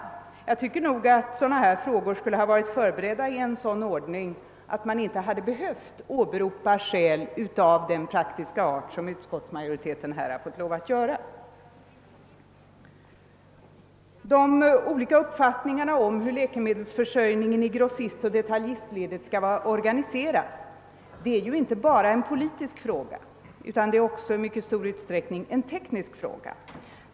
Jag tycker nog att en sådan här fråga skulle ha förberetts i sådan ordning att man inte behövt åberopa skäl av denna praktiska art. De olika uppfattningarna om hur läkemedelsförsörjningen i detaljistoch grossistledet skall vara ordnad gäller inte bara en politisk fråga utan också i mycket stor utsträckning en teknisk fråga.